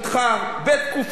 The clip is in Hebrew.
בתקופתך,